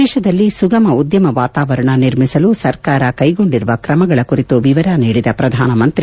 ದೇಶದಲ್ಲಿ ಸುಗಮ ಉದ್ಯಮ ವಾತಾವರಣ ನಿರ್ಮಿಸಲು ಸರ್ಕಾರ ಕ್ಷೆಗೊಂಡಿರುವ ಕ್ರಮಗಳ ಕುರಿತು ವಿವರ ನೀಡಿದ ಪ್ರಧಾನಮಂತ್ರಿ